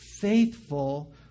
faithful